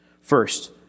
First